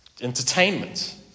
entertainment